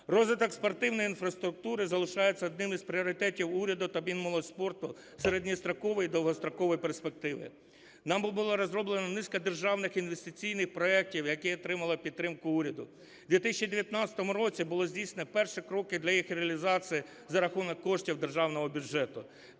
Розвиток спортивної інфраструктури залишається одним з пріоритетів уряду та Мінмолодьспорту середньострокової та довгострокової перспективи. Нами була розроблена низка державних інвестиційних проектів, які отримали підтримку уряду. У 2019 році було здійснено перші кроки для їх реалізації за рахунок коштів державного бюджету.